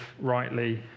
rightly